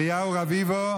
אליהו רביבו,